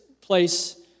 place